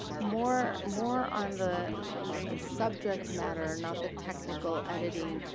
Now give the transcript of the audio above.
more more on the subject matter, not the technical editing,